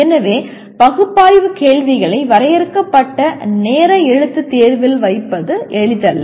எனவே பகுப்பாய்வு கேள்விகளை வரையறுக்கப்பட்ட நேர எழுத்துத் தேர்வில் வைப்பது எளிதல்ல